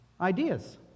ideas